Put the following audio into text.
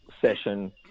session